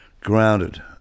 grounded